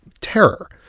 terror